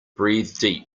breathe